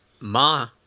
Ma